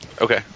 Okay